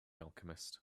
alchemist